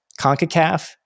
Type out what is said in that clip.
Concacaf